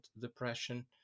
depression